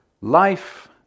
Life